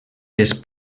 les